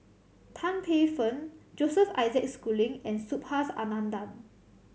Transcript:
Tan Paey Fern Joseph Isaac Schooling and Subhas Anandan